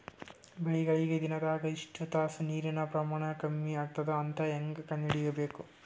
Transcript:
ಬೆಳಿಗಳಿಗೆ ದಿನದಾಗ ಎಷ್ಟು ತಾಸ ನೀರಿನ ಪ್ರಮಾಣ ಕಮ್ಮಿ ಆಗತದ ಅಂತ ಹೇಂಗ ಕಂಡ ಹಿಡಿಯಬೇಕು?